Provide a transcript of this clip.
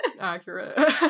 accurate